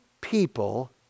people